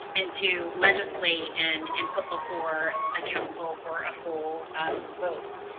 and to legislate and and put before the council for a full vote.